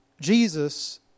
Jesus